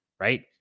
Right